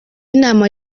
inama